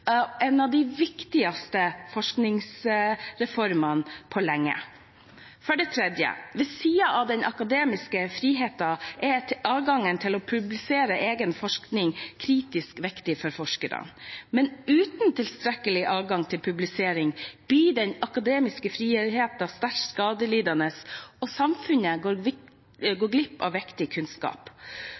en av de viktigste forskningsreformene på lenge. For det tredje: Ved siden av den akademiske friheten er adgangen til å publisere egen forskning kritisk viktig for forskerne, men uten tilstrekkelig adgang til publisering blir den akademiske friheten sterkt skadelidende, og samfunnet går glipp av viktig kunnskap. Fagmiljøene må derfor ha relevante kanaler å publisere i.